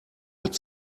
hat